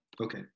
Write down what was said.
Okay